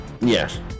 Yes